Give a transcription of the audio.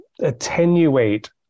attenuate